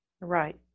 Right